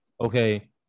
okay